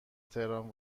تهران